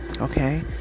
Okay